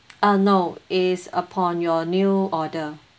uh no it's upon your new order